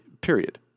Period